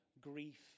grief